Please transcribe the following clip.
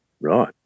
Right